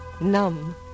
numb